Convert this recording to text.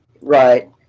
right